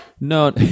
No